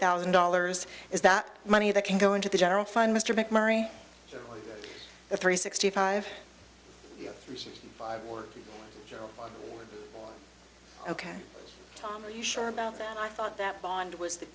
thousand dollars is that money that can go into the general fund mr macmurray the three sixty five year old ok tom are you sure about that i thought that bond was the